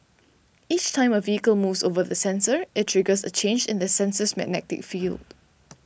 each time a vehicle moves over the sensor it triggers a change in the sensor's magnetic field